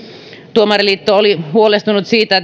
tuomariliitto oli huolestunut siitä